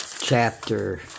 chapter